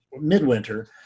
midwinter